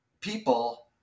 people